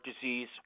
disease